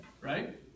right